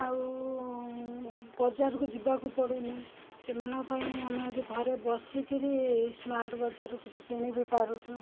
ଆଉ ବଜାରକୁ ଯିବାକୁ ପଡ଼ୁନି ସେମାନଙ୍କ ପାଇଁ ଆମେ ଆଜି ଘରେ ବସିକରି ଏହି ସ୍ମାର୍ଟ ବଜାରରୁ କିଛି କିଣିବି ପାରୁଛୁ